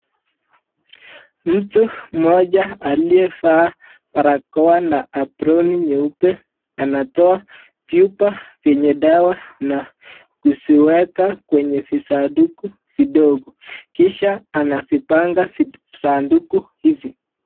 Mtu moja aliyevaa barakoa na aproni nyeupe anatoa vyupa venye dawa na kuziweka kwenye visaduku vidogo, kisha anavipanga visaduku hivi.